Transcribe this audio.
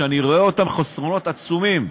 שאני רואה אותם חסרונות עצומים.